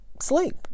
sleep